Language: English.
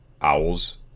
owls